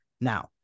Now